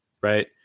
right